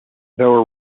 though